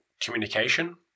communication